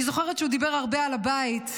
אני זוכרת שהוא דיבר הרבה על הבית.